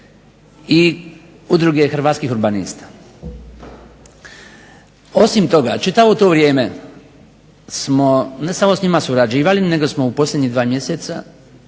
i udruge Hrvatskih urbanista. Osim toga čitavo to vrijeme smo ne samo s njima surađivali nego su u posljednjih dva mjeseca